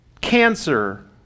cancer